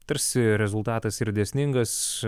tarsi rezultatas ir dėsningas